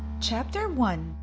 chapter one